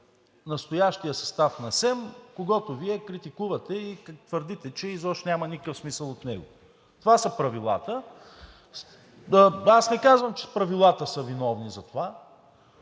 настоящия състав на СЕМ, който Вие критикувате и твърдите, че изобщо няма никакъв смисъл от него. Това са правилата. Аз не казвам, че правилата са виновни за това,